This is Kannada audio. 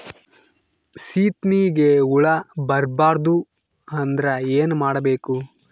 ಸೀತ್ನಿಗೆ ಹುಳ ಬರ್ಬಾರ್ದು ಅಂದ್ರ ಏನ್ ಮಾಡಬೇಕು?